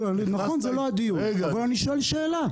נכון שזה לא הדיון, אבל אני שואל שאלה.